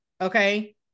Okay